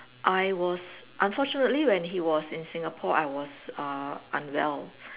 I was unfortunately when he was in Singapore I was err unwell